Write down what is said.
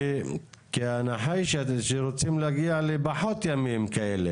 כי ההנחה היא שרוצים להגיע לפחות ימים כאלה.